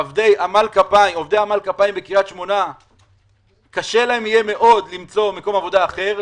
לעובדי עמל הכפיים בקריית שמונה יהיה קשה מאוד למצוא מקום עבודה אחר,